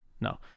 No